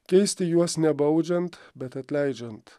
keisti juos nebaudžiant bet atleidžiant